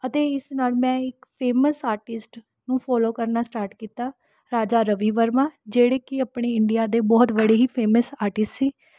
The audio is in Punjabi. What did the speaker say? ਅਤੇ ਇਸ ਨਾਲ ਮੈਂ ਇੱਕ ਫ਼ੇਮਸ ਆਰਟਿਟਸ਼ ਨੂੰ ਫੋਲੋ ਕਰਨਾ ਸਟਾਰਟ ਕੀਤਾ ਰਾਜਾ ਰਵੀ ਵਰਮਾ ਜਿਹੜੇ ਕਿ ਆਪਣੇ ਇੰਡੀਆ ਦੇ ਬਹੁਤ ਬੜੇ ਹੀ ਫ਼ੇਮਸ ਆਰਟਿਸ ਸੀ